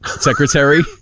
secretary